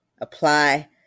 apply